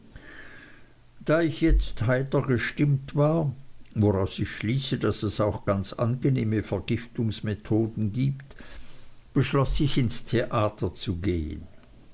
da ich jetzt heiter gestimmt war woraus ich schließe daß es auch ganz angenehme vergiftungsmethoden gibt beschloß ich ins theater zu gehen